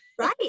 Right